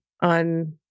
on